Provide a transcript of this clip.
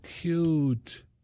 cute